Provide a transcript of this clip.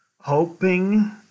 hoping